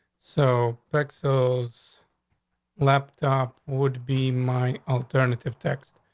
so but so those laptop would be my alternative text.